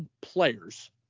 players